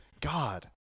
God